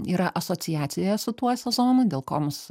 yra asociacija su tuo sezonu dėl ko mus